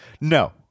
No